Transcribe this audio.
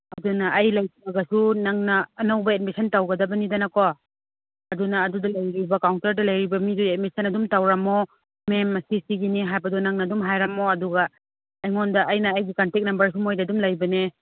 ꯑꯗꯨꯅ ꯑꯩ ꯂꯩꯇ꯭ꯔꯒꯁꯨ ꯅꯪꯅ ꯑꯅꯧꯕ ꯑꯦꯗꯃꯤꯁꯟ ꯇꯧꯒꯗꯕꯅꯤꯗꯅꯀꯣ ꯑꯗꯨꯅ ꯑꯗꯨꯗ ꯂꯩꯔꯤꯕ ꯀꯥꯎꯟꯇꯔꯗ ꯂꯩꯔꯤꯕ ꯃꯤꯗꯨꯗ ꯑꯦꯗꯃꯤꯁꯟ ꯑꯗꯨꯝ ꯇꯧꯔꯝꯃꯣ ꯃꯦꯝ ꯑꯁꯤ ꯁꯤꯒꯤꯅꯤ ꯍꯥꯏꯕꯗꯣ ꯅꯪꯅ ꯑꯗꯨꯝ ꯍꯥꯏꯔꯝꯃꯣ ꯑꯗꯨꯒ ꯑꯩꯉꯣꯟꯗ ꯑꯩꯅ ꯑꯩꯒꯤ ꯀꯟꯇꯦꯛ ꯅꯝꯕꯔꯁꯨ ꯃꯣꯏꯗ ꯑꯗꯨꯝ ꯂꯩꯕꯅꯦ